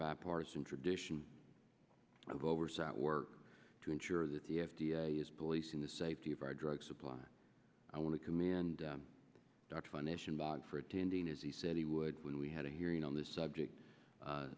bipartisan tradition of oversight work to ensure that the f d a is policing the safety of our drug supply i want to commend him for attending as he said he would when we had a hearing on this subject